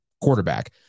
quarterback